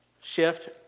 Shift